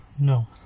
No